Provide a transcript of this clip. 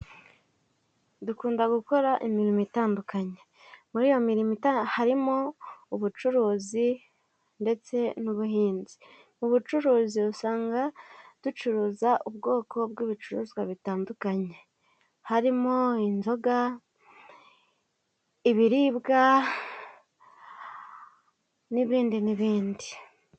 Dukunda gukora imirimo itandukanye, muri iyo mirimo harimo ubucuruzi ndetse n'ubuhinzi, mu bucuruzi usanga ducuruza ubwoko bw'ibicuruzwa bitandukanye harimo inzoga, ibiribwa n'ibindi n'ibindi.